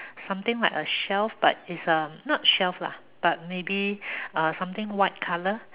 something like a shelf but it's uh not shelf lah but maybe something white color